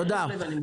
מקרב לב אני מודה.